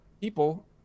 people